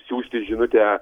siųsti žinutę